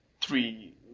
three